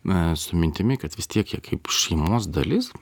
na su mintimi kad vis tiek jie kaip šeimos dalis